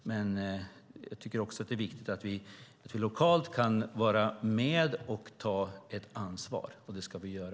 Det är viktigt att vi lokalt kan vara med och ta ett ansvar. Det ska vi göra.